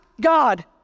God